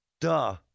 duh